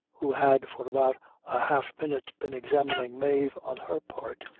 who had for about a half minute been examining mave on her part,